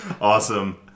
Awesome